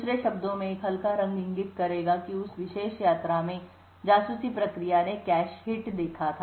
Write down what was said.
दूसरे शब्दों में एक हल्का रंग इंगित करेगा कि उस विशेष यात्रा में जासूसी प्रक्रिया ने कैश हिट देखा था